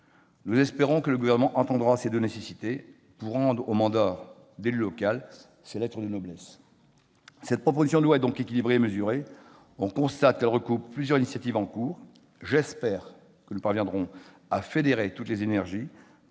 Nous espérons que le Gouvernement entendra ces deux nécessités pour rendre au mandat d'élu local ses lettres de noblesse. Cette proposition de loi est donc équilibrée et mesurée. On constate qu'elle recoupe plusieurs initiatives en cours. J'espère que nous parviendrons à fédérer toutes les énergies